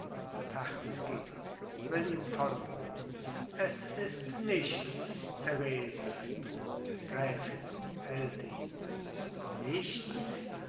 will ihm folgen es ist nichts therese gräfin hält ihn nichts